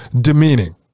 demeaning